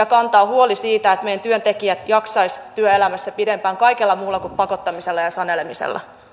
ja kantaa huoli siitä että meidän työntekijät jaksaisivat työelämässä pidempään kaikella muulla kuin pakottamisella ja sanelemisella